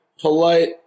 polite